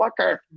fucker